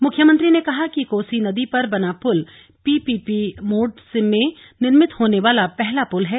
मुख्यमंत्री ने कहा कि कोसी नदी पर बना पुल पीपीपी मोड में निर्मित होने वाला पहला पुल है